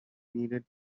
needed